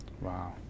Wow